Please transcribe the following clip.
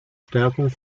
stärkung